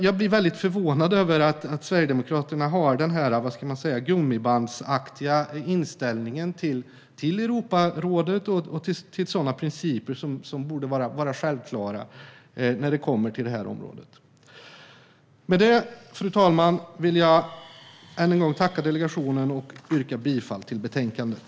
Jag blir väldigt förvånad över att Sverigedemokraterna har denna gummibandsaktiga inställning till Europarådet och till sådana principer som borde vara självklara när det gäller detta område. Med det, fru talman, vill jag än en gång tacka delegationen och yrka bifall till förslaget i betänkandet.